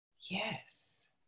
yes